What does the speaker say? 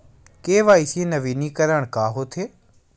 KYC नवीनीकरण का होथे?